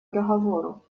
договору